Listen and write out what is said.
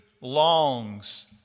longs